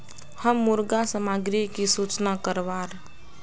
हम मुर्गा सामग्री की सूचना करवार?